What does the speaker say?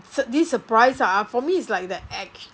sur~ this surprise ah for me is like the act